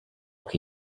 che